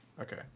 Okay